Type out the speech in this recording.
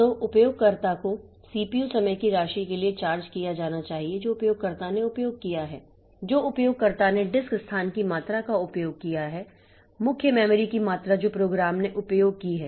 तो उपयोगकर्ता को सीपीयू समय की राशि के लिए चार्ज किया जाना चाहिए जो उपयोगकर्ता ने उपयोग किया है जो उपयोगकर्ता ने डिस्क स्थान की मात्रा का उपयोग किया है मुख्य मेमोरी की मात्रा जो प्रोग्राम ने उपयोग की है